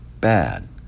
bad